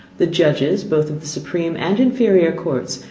the judges, both of the supreme and inferior courts,